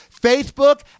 Facebook